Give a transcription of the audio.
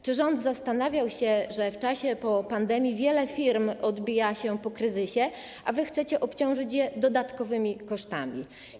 Czy rząd zastanawiał się nad tym, że w czasie po pandemii wiele firm odbija się po kryzysie, a wy chcecie obciążyć je dodatkowymi kosztami?